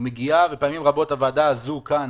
היא מגיעה, ופעמים רבות הוועדה הזו כאן